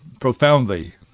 profoundly